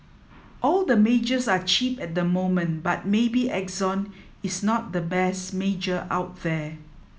all the majors are cheap at the moment but maybe Exxon is not the best major out there